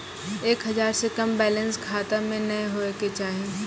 एक हजार से कम बैलेंस खाता मे नैय होय के चाही